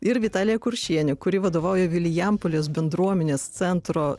ir vitalija kuršienė kuri vadovauja vilijampolės bendruomenės centro